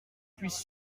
puisse